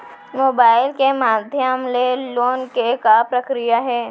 Mobile के माधयम ले लोन के का प्रक्रिया हे?